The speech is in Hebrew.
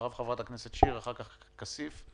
אחריו חברת הכנסת שיר ואחריו חבר הכנסת כסיף.